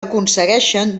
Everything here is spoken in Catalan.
aconsegueixen